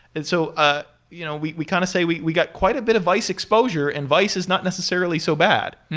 and so ah you know we we kind of say we we get quite a bit of vice exposure, and vice is not necessarily so bad.